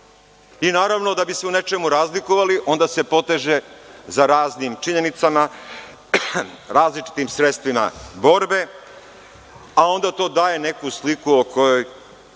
Naravno, da bi se u nečemu razlikovali onda se poteže za raznim činjenicama, različitim sredstvima borbe, a onda to daje neku sliku o kojoj